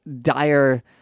dire